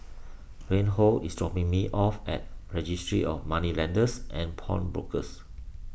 Reinhold is dropping me off at Registry of Moneylenders and Pawnbrokers